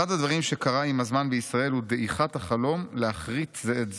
" אחד הדברים שקרה עם הזמן בישראל הוא דעיכת החלום להכרית זה את זה.